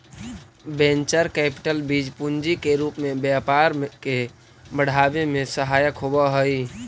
venture capital बीज पूंजी के रूप में व्यापार के बढ़ावे में सहायक होवऽ हई